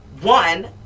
one